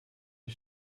die